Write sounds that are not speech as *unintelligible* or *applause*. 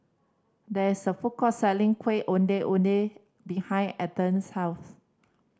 there is a food court selling *unintelligible* Ondeh Ondeh behind Ether's house